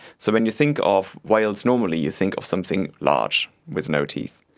so when you think of whales normally, you think of something large with no teeth.